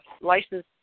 license